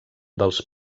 dels